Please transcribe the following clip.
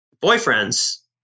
boyfriend's